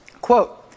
Quote